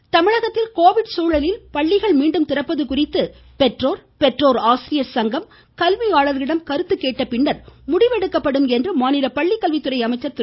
செங்கோட்டையன் தமிழகத்தில் கோவிட் சூழலில் பள்ளிகள் மீண்டும் திறப்பது குறித்து பெற்றோர் பெற்றோர் ஆசிரியர் சங்கம் கல்வியாளர்களிடம் கருத்து கேட்ட பின்னர் முடிவெடுக்கப்படும் மாநில பள்ளிக்கல்வித்துறை அமைச்சர் திரு